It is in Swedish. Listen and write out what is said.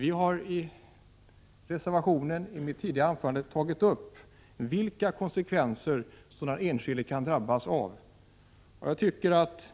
I reservationen har vi tagit upp de konsekvenser som den enskilde kan drabbas av.